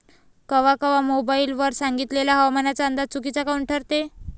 कवा कवा मोबाईल वर सांगितलेला हवामानाचा अंदाज चुकीचा काऊन ठरते?